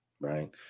right